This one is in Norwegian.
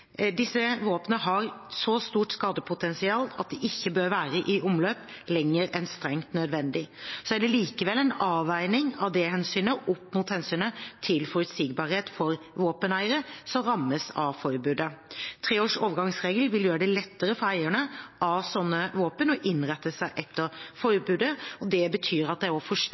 Disse våpnene har så stort skadepotensial at de ikke bør være i omløp lenger enn strengt nødvendig. Det er likevel en avveining av det hensynet opp mot hensynet til forutsigbarhet for våpeneiere som rammes av forbudet. En tre års overgangsregel vil gjøre det lettere for eiere av slike våpen å innrette seg etter forbudet. Det betyr at